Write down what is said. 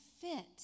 fit